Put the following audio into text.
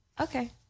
Okay